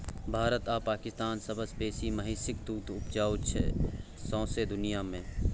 भारत आ पाकिस्तान सबसँ बेसी महिषक दुध उपजाबै छै सौंसे दुनियाँ मे